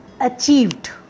achieved